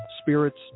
spirits